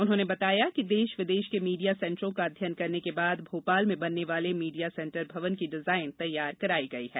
उन्होंने बताया कि देश विदेश के मीडिया सेन्टरों का अध्ययन करने के बाद भोपाल में बनने वाले मीडिया सेन्टर भवन की डिजाइन तैयार कराई गई है